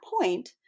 point